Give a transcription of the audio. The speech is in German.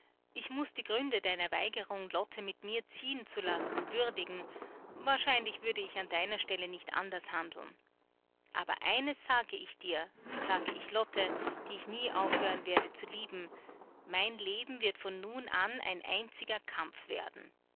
ich muß die gründe deiner weigerung lotte mit mir ziehen zu lassen würdigen wahrscheinlich würde ich an deiner stelle nicht anders handeln aber eines sage ich dir sage ich lotte die ich nie aufhören werde zu lieben mein leben wird von nun an ein einziger kampf werden